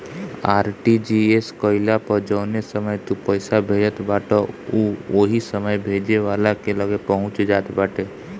RTGS कईला पअ जवने समय तू पईसा भेजत बाटअ उ ओही समय भेजे वाला के लगे पहुंच जात बाटे